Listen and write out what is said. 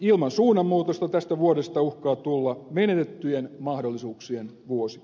ilman suunnanmuutosta tästä vuodesta uhkaa tulla menetettyjen mahdollisuuksien vuosi